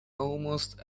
almost